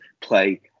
play